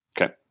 Okay